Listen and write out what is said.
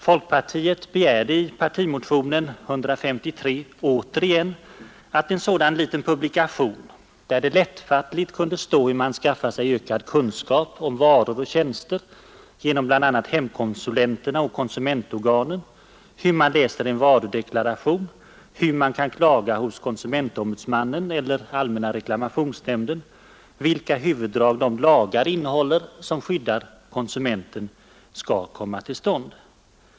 Folkpartiet begärde i partimotionen 153 återigen en sådan liten publikation, där det lättfattligt kunde stå hur man skaffar sig ökad kunskap om varor och tjänster genom bl.a. hemkonsulenterna och konsumentorganen, hur man läser en varudeklaration, hur man kan klaga hos konsumentombudsmannen eller allmänna reklamationsnämnden, vilka huvuddrag de lagar innehåller som skyddar konsumenten osv.